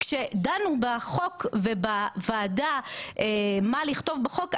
כשדנו בחוק ובוועדה מה לכתוב בחוק,